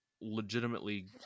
legitimately